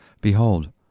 Behold